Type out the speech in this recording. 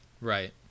right